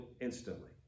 instantly